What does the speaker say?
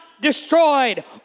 destroyed